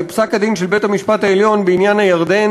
לפסק-הדין של בית המשפט העליון בעניין "הירדן",